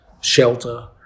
shelter